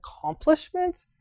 accomplishment